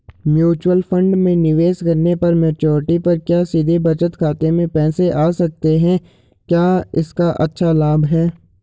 Mutual fund में निवेश करने पर मैच्योरिटी पर क्या सीधे बचत खाते में पैसे आ सकते हैं क्या इसका अच्छा लाभ है?